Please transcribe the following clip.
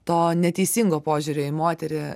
to neteisingo požiūrio į moterį